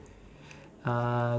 uh